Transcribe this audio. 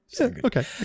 Okay